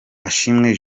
asiimwe